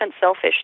selfish